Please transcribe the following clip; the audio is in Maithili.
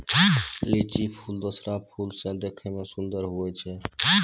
लीली फूल दोसरो फूल से देखै मे सुन्दर हुवै छै